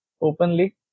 openly